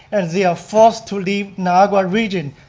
and they are first to leave niagara region.